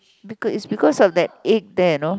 because is because of that egg there know